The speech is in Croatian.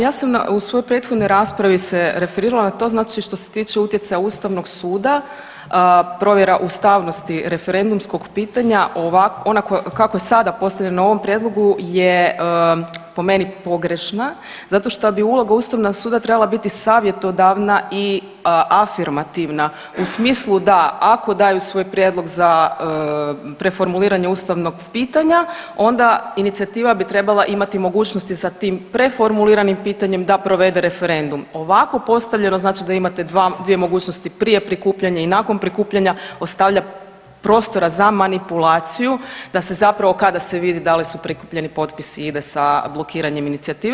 Ja sam u svojoj prethodnoj raspravi se referirala na to znači što se tiče utjecaja ustavnog suda, provjera ustavnosti referendumskog pitanja, ona kako je sada postavljena na ovom prijedlogu je po meni pogrešna zato šta bi uloga ustavnog suda trebala biti savjetodavna i afirmativna u smislu da ako daju svoj prijedlog za preformuliranje ustavnog pitanja onda inicijativa bi trebala imati mogućnosti sa tim preformuliranim pitanjem da provede referendum, ovako postavljeno znači da imate dva, dvije mogućnosti prije prikupljanja i nakon prikupljanja ostavlja prostora za manipulaciju da se zapravo kada se vidi da li su prikupljeni potpisi ide sa blokiranjem inicijative.